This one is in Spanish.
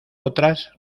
otras